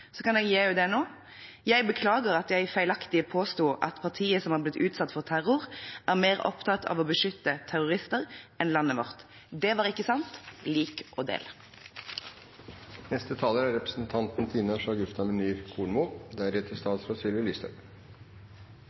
Så forventer jeg selvfølgelig at beklagelsen også blir gjentatt på Facebook. Hvis justisministeren trenger forslag til tekst, kan jeg gi henne den nå: Jeg beklager at jeg feilaktig påsto at partiet som har blitt utsatt for terror, er mer opptatt av å beskytte terrorister enn landet vårt. Det var ikke sant.